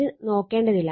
ഇത് നോക്കേണ്ടതില്ല